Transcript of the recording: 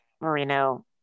Marino